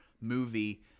movie